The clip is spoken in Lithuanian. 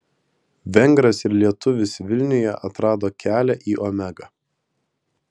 vengras ir lietuvis vilniuje atrado kelią į omegą